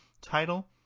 title